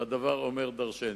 והדבר אומר דורשני.